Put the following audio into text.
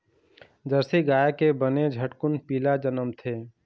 Jersey गाय के बने झटकुन पिला जनमथे